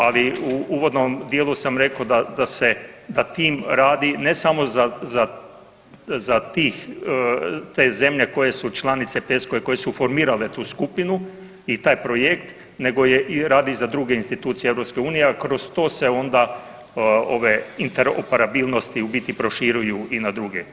Ali u uvodnom dijelu sam rekao da se, da tim radi ne samo za tih, te zemlje koje su članice PESCO-a i koje su formirale tu skupinu i taj projekt nego je, rade i za druge institucije EU, a kroz to se onda ove interoperabilnosti u biti proširuju i na druge.